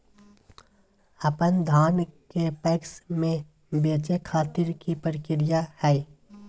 अपन धान के पैक्स मैं बेचे खातिर की प्रक्रिया हय?